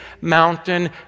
mountain